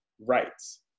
rights